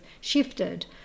shifted